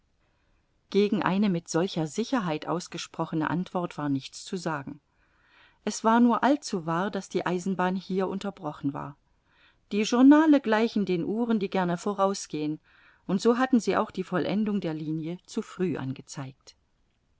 gegen eine mit solcher sicherheit ausgesprochene antwort war nichts zu sagen es war nur allzuwahr daß die eisenbahn hier unterbrochen war die journale gleichen den uhren die gerne vorausgehen und so hatten sie auch die vollendung der linie zu früh angezeigt